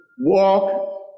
walk